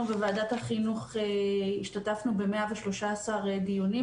אנחנו בוועדת החינוך השתתפנו ב- 113 דיונים,